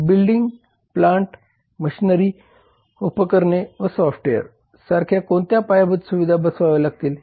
तर building plant machinery उपकरणे व सॉफ्टवेअर सारख्या कोणत्या पायाभूत सुविधा बसवाव्या लागतील